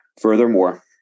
Furthermore